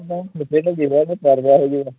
ହଁ